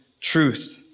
truth